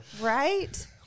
Right